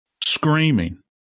screaming